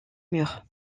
murs